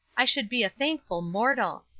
i should be a thankful mortal.